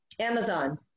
Amazon